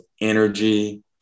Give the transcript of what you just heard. energy